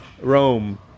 rome